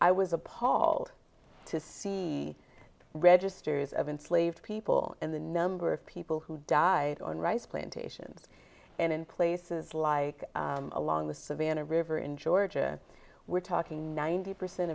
i was appalled to see registers of in slave people and the number of people who died on rice plantations and in places like along the savannah river in georgia we're talking ninety percent